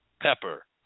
pepper